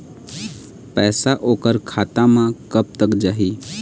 पैसा ओकर खाता म कब तक जाही?